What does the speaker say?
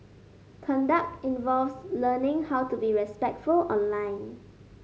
conduct involves learning how to be respectful online